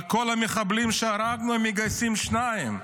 על כל מחבל שהרגנו הם מגייסים שניים,